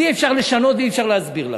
אי-אפשר לשנות ואי-אפשר להסביר לכם.